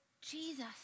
Jesus